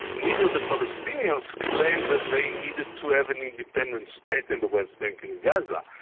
neither the palestinians claimed that they needed to have an independent state in the west bank in gaza,